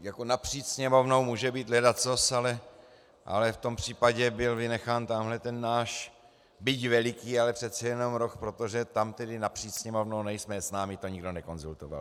Jako napříč Sněmovnou může být ledacos, ale v tom případě byl vynechán tamhle ten náš byť veliký, ale přece jenom roh, protože tam tedy napříč Sněmovnou nejsme, s námi to nikdo nekonzultoval.